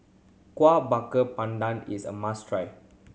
Kueh Bakar Pandan is a must try